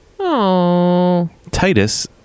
Titus